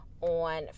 on